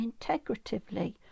integratively